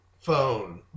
Phone